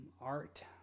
Art